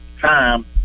time